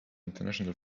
international